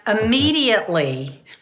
immediately